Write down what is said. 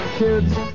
kids